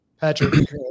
Patrick